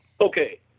Okay